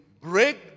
break